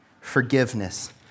forgiveness